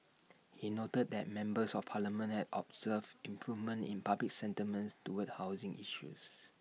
he noted that members of parliament have observed improvements in public sentiments towards housing issues